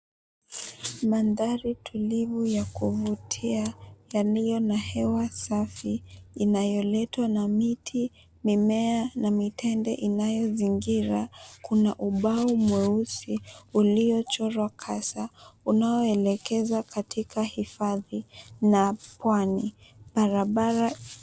Mandhari tulivu ya kuvutia yaliyo na hewa safi, inayoletwa na miti, mimea na mitende inayozingira. Kuna ubao mweusi, uliochorwa kasa, unaoelekeza katika hifadhi na pwani. Barabara...